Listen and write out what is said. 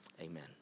Amen